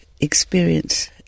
experience